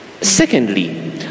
Secondly